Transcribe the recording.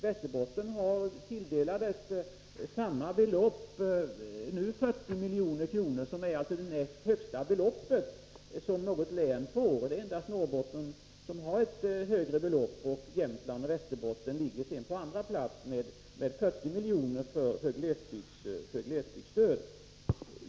Västerbotten tilldelades 40 milj.kr., vilket är det näst högsta belopp som något län får. Det är endast Norrbotten som får ett högre belopp. Jämtland och Västerbotten ligger på andra plats med 40 milj.kr. i glesbygdsstöd.